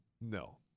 No